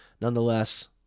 nonetheless